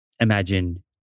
imagine